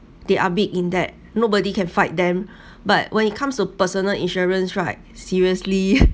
they are big in that nobody can fight them but when it comes to personal insurance right seriously